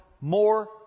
more